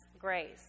grace